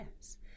yes